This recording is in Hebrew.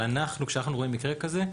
אבל כשאנחנו רואים מקרה כזה,